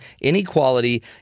Inequality